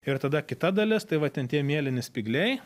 ir tada kita dalis tai va ten tie mėlyni spygliai